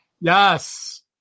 Yes